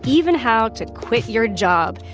even how to quit your job.